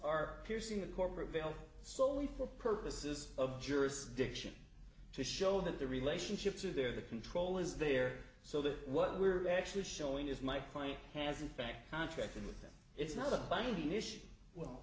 are piercing the corporate veil slowly for purposes of jurisdiction to show that the relationships are there the control is there so that what we're actually showing is my client has in fact contracted with them it's not a